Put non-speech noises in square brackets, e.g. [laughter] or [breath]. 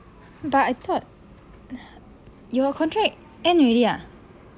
but I thought [breath] your contract end already ah